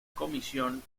comisión